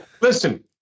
listen